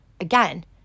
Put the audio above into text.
again